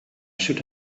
should